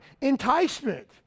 Enticement